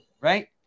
right